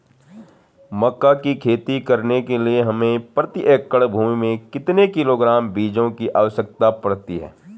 मक्का की खेती करने के लिए हमें प्रति एकड़ भूमि में कितने किलोग्राम बीजों की आवश्यकता पड़ती है?